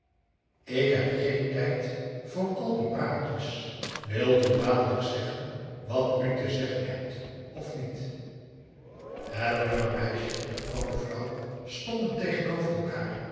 ik heb geen tijd voor al die praatjes wilt u dadelijk zeggen wat u te zeggen hebt of niet het jonge meisje en de oude vrouw stonden tegenover elkaar